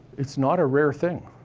it's not a rare thing.